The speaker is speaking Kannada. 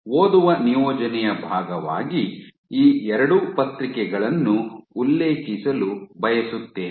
ಓದುವ ನಿಯೋಜನೆಯ ಭಾಗವಾಗಿ ಈ ಎರಡು ಪತ್ರಿಕೆಗಳನ್ನು ಉಲ್ಲೇಖಿಸಲು ಬಯಸುತ್ತೇನೆ